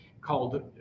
called